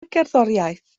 gerddoriaeth